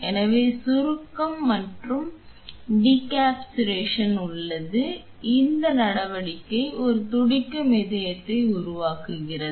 எனவே சுருக்கம் மற்றும் டிகம்பரஷ்ஷன் உள்ளது இந்த நடவடிக்கை ஒரு துடிக்கும் இயக்கத்தை உருவாக்குகிறது